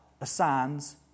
assigns